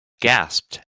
gasped